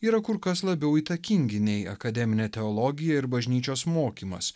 yra kur kas labiau įtakingi nei akademinė teologija ir bažnyčios mokymas